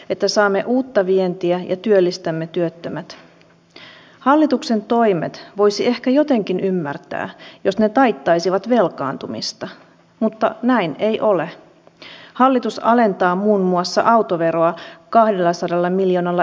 minä ymmärrän jotakin yrittämisestä ja samalla näen sen että tässä maassa ei ole mikään niin hankalaa kuin aloittaa yritys lopettaa yritys ja saada se pyörimään siinä välillä